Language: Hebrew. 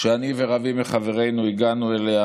שאני ורבים מחברינו הגענו אליה,